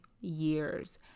years